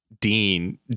dean